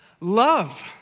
Love